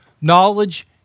Knowledge